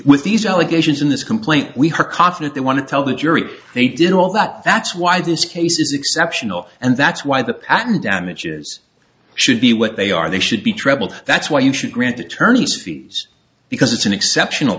with these allegations in this complaint we her coffee they want to tell the jury they did all that that's why this case is exceptional and that's why the patent damages should be what they are they should be trouble that's why you should grant attorneys fees because it's an exceptional